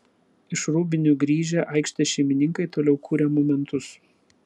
iš rūbinių grįžę aikštės šeimininkai toliau kūrė momentus